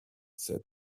said